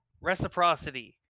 reciprocity